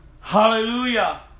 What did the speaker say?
Hallelujah